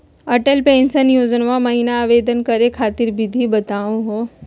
Atal pension योजना महिना आवेदन करै खातिर विधि बताहु हो?